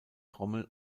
trommel